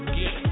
get